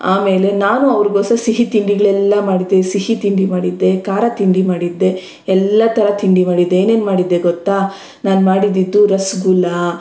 ಆಮೇಲೆ ನಾನೂ ಅವ್ರ್ಗೋಸ್ರ ಸಿಹಿ ತಿಂಡಿಗಳೆಲ್ಲ ಮಾಡಿದ್ದೆ ಸಿಹಿ ತಿಂಡಿ ಮಾಡಿದ್ದೆ ಖಾರ ತಿಂಡಿ ಮಾಡಿದ್ದೆ ಎಲ್ಲ ಥರ ತಿಂಡಿ ಮಾಡಿದ್ದೆ ಏನೇನು ಮಾಡಿದ್ದೆ ಗೊತ್ತಾ ನಾನು ಮಾಡಿದ್ದಿದ್ದು ರಸಗುಲ್ಲ